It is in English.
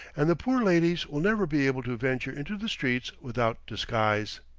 and the poor ladies will never be able to venture into the streets without disguise.